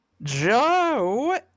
Joe